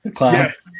yes